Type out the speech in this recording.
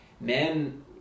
men